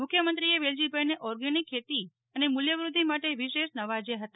મુખ્યમંત્રીએ વેલજીભાઈને ઓર્ગેનિક ખેતી અને મૂલ્યવૃદ્ધિ માટે વિશેષ નવાજ્યા ફતા